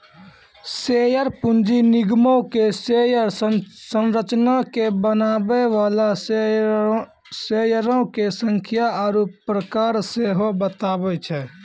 share पूंजी निगमो के शेयर संरचना के बनाबै बाला शेयरो के संख्या आरु प्रकार सेहो बताबै छै